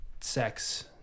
sex